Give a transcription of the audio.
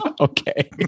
Okay